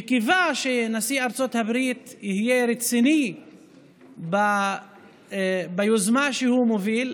וקיווה שנשיא ארצות הברית יהיה רציני ביוזמה שהוא מוביל,